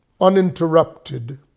uninterrupted